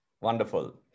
Wonderful